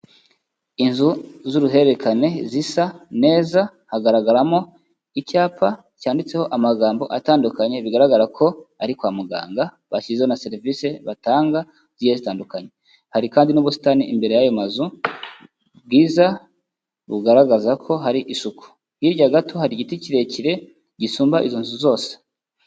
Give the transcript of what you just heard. Inzu z'uruhererekane zisa neza, hagaragaramo icyapa cyanditseho amagambo atandukanye bigaragara ko ari kwa muganga, bashyizeho na serivisi batanga zigiye zitandukanye, hari kandi n'ubusitani imbere yayo mazu bwiza bugaragaza ko hari isuku, hirya gato hari igiti kirekire gisumba izo nzu zose.